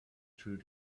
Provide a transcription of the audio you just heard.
through